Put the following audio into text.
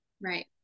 Right